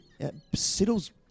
Siddle's